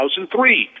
2003